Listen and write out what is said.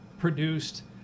produced